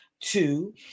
two